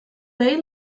they